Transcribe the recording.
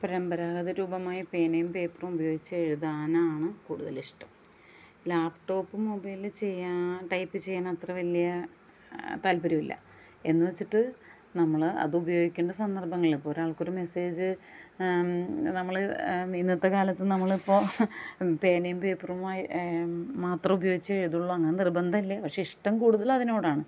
പരമ്പരാഗത രൂപമായ പേനയും പേപ്പറും ഉപയോഗിച്ച് എഴുതാനാണ് കൂടുതൽ ഇഷ്ടം ലാപ്ടോപ് മൊബൈല് ചെയ്യാൻ ടൈപ്പ് ചെയ്യാൻ അത്ര വലിയ താല്പര്യമില്ല എന്ന് വച്ചിട്ട് നമ്മൾ അത് ഉപയോഗിക്കേണ്ട സന്ദർഭങ്ങളിൽ ഇപ്പോൾ ഒരാൾക്ക് ഒരു മെസ്സേജ് നമ്മൾ ഇന്നത്തെ കാലത്ത് നമ്മൾ ഇപ്പോൾ പേനയും പേപ്പറുമായി മാത്രം ഉപയോഗിച്ചേ എഴുതുകയുള്ളൂ അങ്ങനെ നിർബന്ധമില്ല പക്ഷെ ഇഷ്ടം കൂടുതൽ അതിനോടാണ്